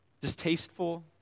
distasteful